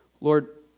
Lord